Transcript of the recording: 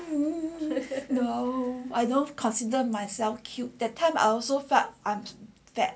no I don't consider myself cute that time I also felt I'm fat